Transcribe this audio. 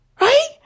Right